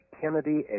Kennedy